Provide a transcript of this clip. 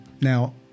now